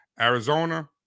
Arizona